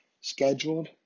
scheduled